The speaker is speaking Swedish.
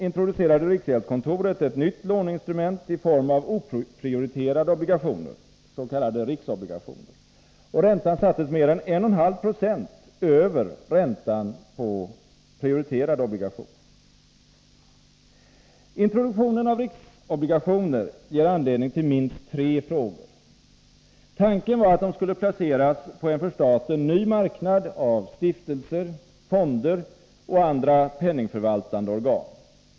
Introduktionen av riksobligationer ger anledning till minst tre frågor. Tanken var att de skulle placeras på en för staten ny marknad av stiftelser, fonder och andra penningförvaltande organ.